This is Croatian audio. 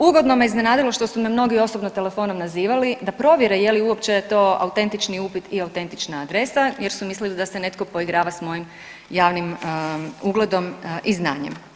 Ugodno me iznenadilo što su me mnogi osobno telefonom nazivali da provjere je li uopće to autentični upit i autentična adresa jer su mislili da se netko poigrava s mojim ugledom i znanjem.